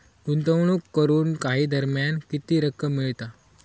गुंतवणूक करून काही दरम्यान किती रक्कम मिळता?